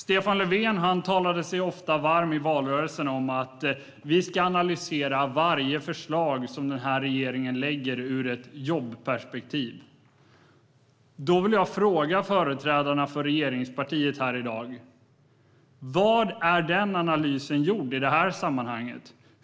Stefan Löfven talade sig i valrörelsen ofta varm för att vi ska analysera varje förslag som den här regeringen lägger fram ur ett jobbperspektiv. Då vill jag fråga företrädarna för regeringspartierna här i dag: Är den analysen gjord i det här sammanhanget?